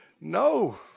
No